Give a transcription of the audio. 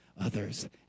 others